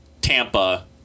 Tampa